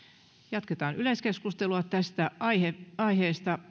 jatketaan yleiskeskustelua tästä aiheesta aiheesta